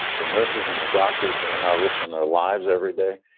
the nurses and the doctors who are now risking their lives every day.